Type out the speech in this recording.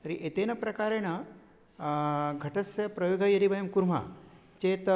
तर्हि एतेन प्रकारेण घटस्य प्रयोगः यदि वयं कुर्मः चेत्